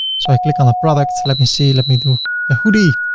so i click on the product, let me see, let me do the hoodie.